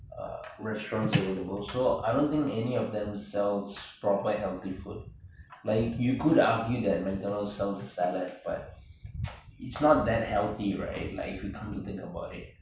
err restaurants over there so I don't think any of them sells proper healthy food like you you could argue that mcdonald's sell salad but it's not that healthy right like if you come to think about it